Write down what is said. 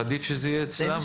עדיף שזה יהיה אצלם,